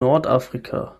nordafrika